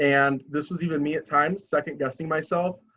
and this was even me at times second guessing myself.